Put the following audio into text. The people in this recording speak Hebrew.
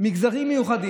אדוני היושב-ראש,